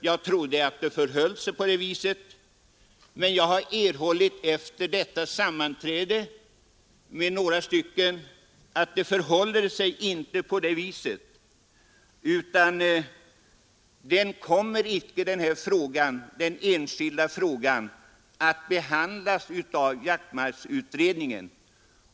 Jag trodde också att det förhöll sig på det sättet, men efter ett sammanträde med några personer, där vi diskuterade detta, har jag funnit att så inte är fallet; denna fråga kommer icke att behandlas av jaktmarksutredningen.